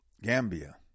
Gambia